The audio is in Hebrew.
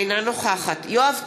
אינה נוכחת יואב קיש,